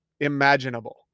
imaginable